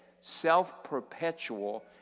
self-perpetual